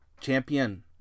Champion